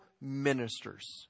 ministers